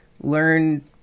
learn